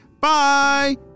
Bye